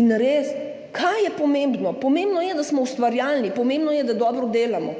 In kaj je res pomembno? Pomembno je, da smo ustvarjalni, pomembno je, da dobro delamo.